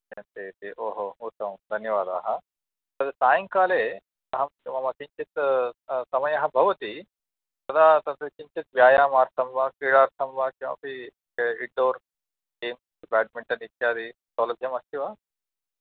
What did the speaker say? ओ हो उत्तमं धन्यवादाः तत् सायङ्काले अहं मम किञ्चित् समयः भवति तदा तत् किञ्चित् व्यायामार्थं वा क्रीडार्थं वा किमपि इन्डोर् गेम्स् बेड्मिन्टन् इत्यादि सौलभ्यं अस्ति वा